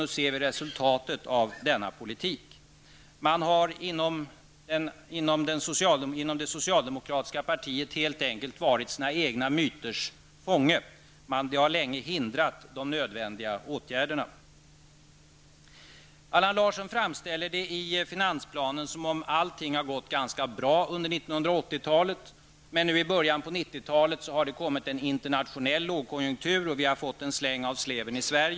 Nu ser vi resultatet av denna politik. Man har inom det socialdemokratiska partiet helt enkelt varit sina egna myters fånge. Det har länge förhindrat de nödvändiga åtgärderna. Allan Larsson framställer det i finansplanen som om allting gått ganska bra under 1980-talet. Men i början av 1990-talet har det uppstått en internationell lågkonjunktur, och vi har fått en släng av sleven i Sverige.